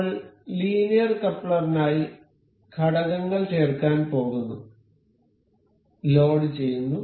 നമ്മൾ ലീനിയർ കപ്ലറിനായി ഘടകങ്ങൾ ചേർക്കാൻ പോകുന്നു ലോഡുചെയ്യുന്നു